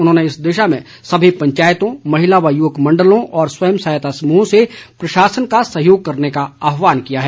उन्होंने इस दिशा में सभी पंचायतों महिला व युवक मण्डलों और स्वयं सहायता समूहों से प्रशासन का सहयोग करने का आहवान किया है